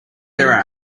their